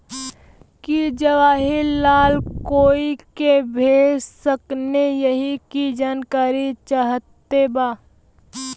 की जवाहिर लाल कोई के भेज सकने यही की जानकारी चाहते बा?